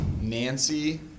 Nancy